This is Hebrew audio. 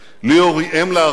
ליאור היא אם לארבעה,